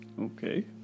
Okay